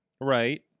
right